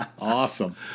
Awesome